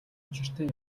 учиртай